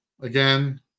again